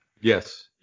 Yes